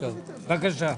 לא אושרה.